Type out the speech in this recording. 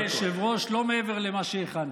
אדוני היושב-ראש, לא מעבר למה שהכנתי.